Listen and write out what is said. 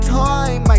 time